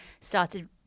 started